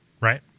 right